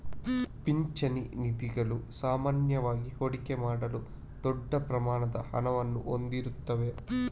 ಪಿಂಚಣಿ ನಿಧಿಗಳು ಸಾಮಾನ್ಯವಾಗಿ ಹೂಡಿಕೆ ಮಾಡಲು ದೊಡ್ಡ ಪ್ರಮಾಣದ ಹಣವನ್ನು ಹೊಂದಿರುತ್ತವೆ